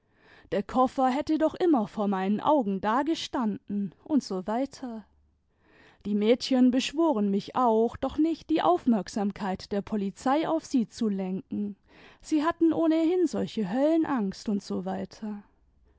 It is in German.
der koffer hätte doch immer vor meinen augen dagestanden usw die mädchen beschworen mich auch doch nicht die aufmerksamkeit der polizei auf sie zu lenken sie hatten ohnehin solche höllenangst usw